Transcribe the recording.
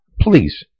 Please